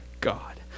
God